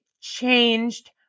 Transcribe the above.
changed